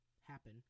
happen